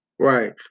Right